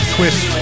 Twist